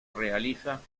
realiza